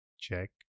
Check